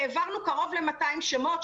העברנו קרוב ל-200 שמות,